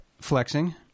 flexing